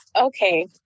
Okay